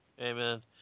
Amen